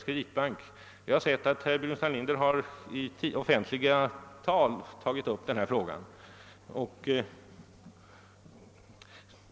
Jag har sett att herr Burenstam Linder i offentliga tal tagit upp denna fråga.